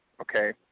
okay